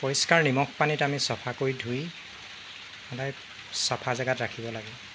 পৰিষ্কাৰ নিমখ পানীত আমি চফাকৈ ধুই সদায় চফা জাগাত ৰাখিব লাগে